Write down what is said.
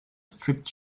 striped